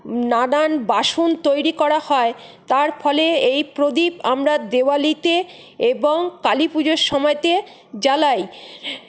নানা বাসন তৈরি করা হয় তার ফলে এই প্রদীপ আমরা দেওয়ালিতে এবং কালীপুজোর সময়তে জ্বালাই